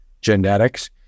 genetics